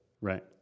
right